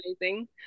amazing